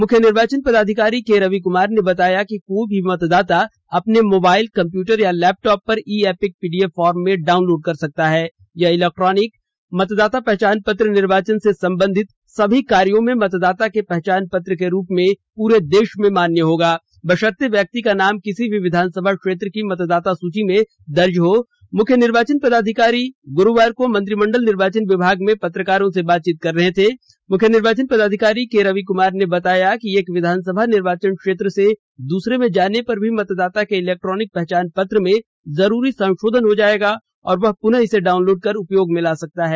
मुख्य निर्वाचन पदाधिकारी के रवि कुमार ने बताया कि कोई भी मतदाता अब अपने मोबाइल कंप्यूटर या लैपटॉप पर ई एपिक पीडीएफ फॉर्म में डाउनलोड कर सकता है यह इलेक्ट्रॉनिक मतदाता पहचान पत्र निर्वाचन से संबंधित सभी कार्यो में मतदाता के पहचान पत्र के रूप में पूरे देश में मान्य होगा बशर्ते व्यक्ति का नाम किसी भी विधानसभा क्षेत्र की मतदाता सूची में दर्ज हो मुख्य निर्वाचन पदाधिकारी गुरुवार को मंत्रिमंडल निर्वाचन विभाग में पत्रकारों से बातचीत कर रहे थे मुख्य निर्वाचन पदाधिकारी के रवि कुमार ने बताया कि एक विधानसभा निर्वाचन क्षेत्र से दूसरे में जाने पर भी मतदाता के इलेक्ट्रॉनिक पहचान पत्र में जरूरी संशोधन हो जाएगा और वह पुनः इसे डाउनलोड कर उपयोग में ला सकता है